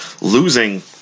losing